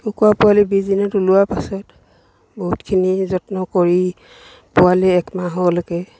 কুকুৰা পোৱালি বিছ দিনত ওলোৱাৰ পাছত বহুতখিনি যত্ন কৰি পোৱালি এমাহৰলৈকে